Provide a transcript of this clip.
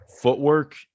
footwork